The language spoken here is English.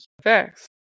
Facts